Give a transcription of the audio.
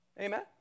Amen